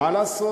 מה לעשות.